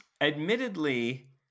Admittedly